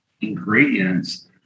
ingredients